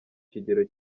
kigero